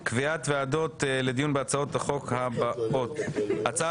קביעת ועדות לדיון בהצעות החוק הבאות: 1. הצעת